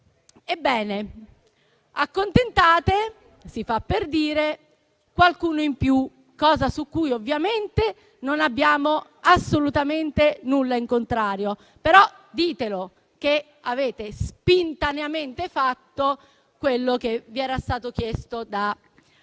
Ebbene, accontentate - si fa per dire - qualcuno in più, cosa su cui ovviamente non abbiamo assolutamente nulla in contrario, però dovete dire che avete "spintaneamente" fatto quello che vi era stato chiesto da altri.